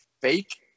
fake